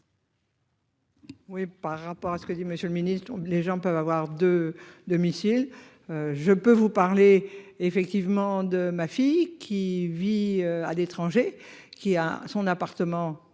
Oui par rapport à ce que dit Monsieur le Ministre, les gens peuvent avoir de. Domicile. Je peux vous parler effectivement de ma fille qui vit à l'étranger qui a son appartement